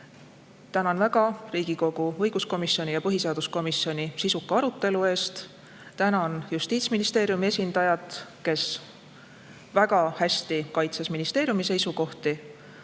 Tänan väga Riigikogu õiguskomisjoni ja põhiseaduskomisjoni sisuka arutelu eest. Tänan Justiitsministeeriumi esindajat, kes väga hästi kaitses ministeeriumi seisukohti.